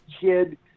kid